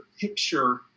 picture